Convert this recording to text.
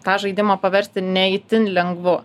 tą žaidimą paversti ne itin lengvu